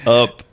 up